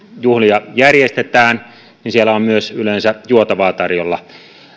juhlia järjestetään niin siellä on yleensä myös juotavaa tarjolla